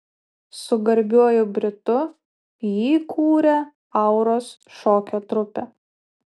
su garbiuoju britu jį kūrė auros šokio trupę